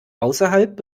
außerhalb